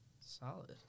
Solid